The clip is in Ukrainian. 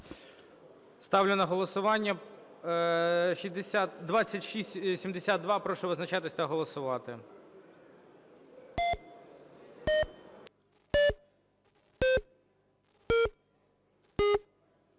правку на голосування. Прошу визначатися та голосувати.